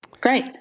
Great